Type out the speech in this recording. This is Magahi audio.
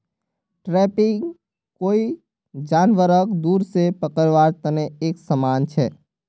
ट्रैपिंग कोई जानवरक दूर से पकड़वार तने एक समान छे